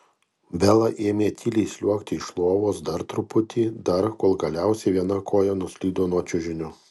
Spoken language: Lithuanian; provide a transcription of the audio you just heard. bela ėmė tyliai sliuogti iš lovos dar truputį dar kol galiausiai viena koja nuslydo nuo čiužinio